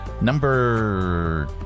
number